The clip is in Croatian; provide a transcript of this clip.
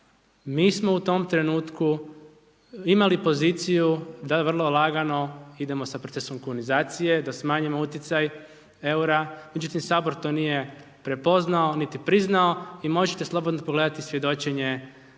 mi smo u tom trenutku imali poziciju da vrlo lagano idemo sa procesom kunizacije, da smanjimo utjecaj eura, međutim, Sabor to nije prepoznao niti priznao i možete slobodno pogledati svjedočenje